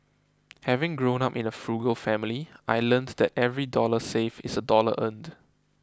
having grown up in a frugal family I learnt that every dollar saved is a dollar earned